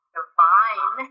divine